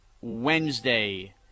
Wednesday